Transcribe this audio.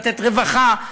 לתת רווחה,